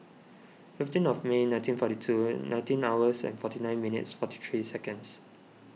fifteen of May nineteen forty two nineteen hours and forty nine minutes forty three seconds